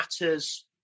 matters